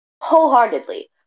Wholeheartedly